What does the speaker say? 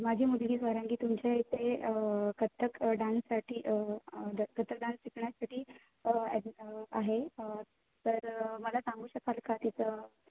माझी मुली स्वरांगी तुमच्या इथे कथ्थक डान्ससाठी कथ्थक डान्स शिकण्यासाठी आहे तर मला सांगू शकाल का तिचं